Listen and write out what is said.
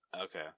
Okay